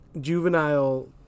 juvenile